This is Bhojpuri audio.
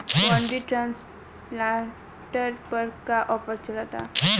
पैडी ट्रांसप्लांटर पर का आफर चलता?